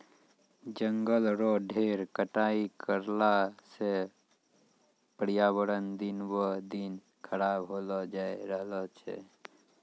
जंगल रो ढेर कटाई करला सॅ पर्यावरण दिन ब दिन खराब होलो जाय रहलो छै